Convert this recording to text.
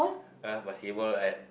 ah basketball I